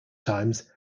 times